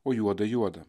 o juoda juoda